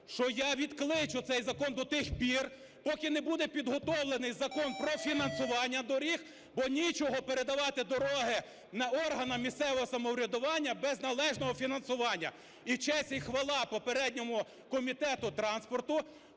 що я відкличу цей закон до тих пір, поки не буде підготовлений закон про фінансування доріг, бо нічого передавати дороги органам місцевого самоврядування без належного фінансування. І честь, і хвала попередньому Комітету транспорту